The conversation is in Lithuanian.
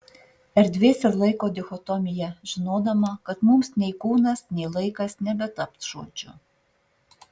erdvės ir laiko dichotomija žinodama kad mums nei kūnas nei laikas nebetaps žodžiu